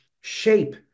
shape